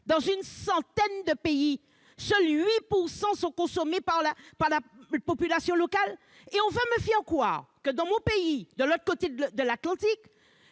dans une centaine de pays et seuls 8 % sont consommés par la population locale. Et on veut me faire croire que, de l'autre côté de l'Atlantique,